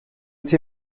sie